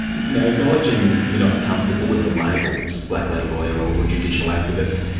now acknowledging you're not comfortable with the labels, black-letter lawyer or judicial activist,